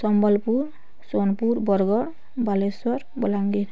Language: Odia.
ସମ୍ବଲପୁର ସୋନପୁର ବରଗଡ଼ ବାଲେଶ୍ୱର ବଲାଙ୍ଗୀର